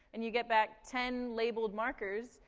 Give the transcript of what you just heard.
and you get back ten labeled markers,